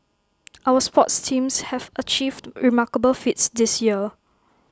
our sports teams have achieved remarkable feats this year